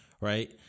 right